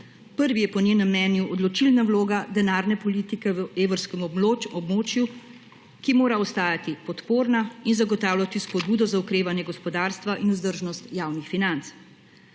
Prvi je po njenem mnenju odločilna vloga denarne politike v evrskem območju, ki mora ostajati podporna in zagotavljati spodbudo za okrevanje gospodarstva in vzdržnost javnih financ.